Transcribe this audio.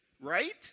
right